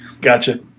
Gotcha